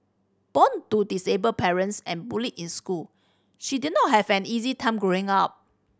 born to disabled parents and bullied in school she did not have an easy time growing up